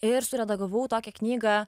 ir suredagavau tokią knygą